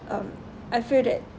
um I feel that